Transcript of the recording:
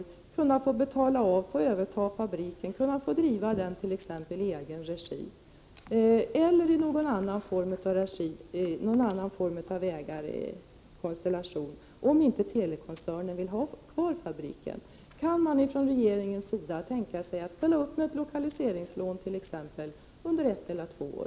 Man undrar hur det förhåller sig när det gäller möjligheterna att överta fabriken och att betala av på denna. Det gäller också frågan om att få driva verksamheten t.ex. i egen regi. Men det kan också vara fråga om någon annan ägarkonstellation, om nu Telikoncernen inte vill ha kvar fabriken. Kan man således från regeringens sida tänka sig att ställa upp med ett lokaliseringslån t.ex. under ett eller två år?